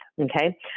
okay